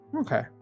Okay